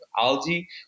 algae